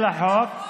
להתנגד לחוק.